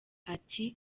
ati